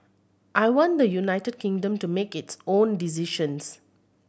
I want the United Kingdom to make its own decisions